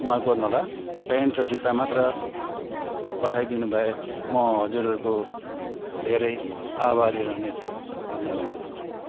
माफ गर्नु होला प्यान्ट र जुत्ता मात्र पठाइदिनु भए म हजुरहरूको धेरै धेरै आभारी रहने छु धन्यवाद